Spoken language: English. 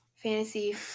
fantasy